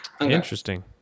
interesting